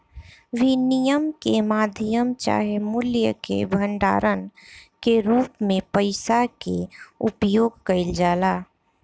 विनिमय के माध्यम चाहे मूल्य के भंडारण के रूप में पइसा के उपयोग कईल जाला